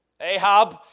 Ahab